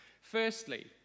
Firstly